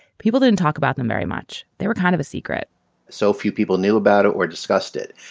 people didn't talk about them very much. they were kind of a secret so few people knew about it or discussed it.